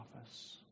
office